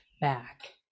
back